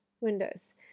windows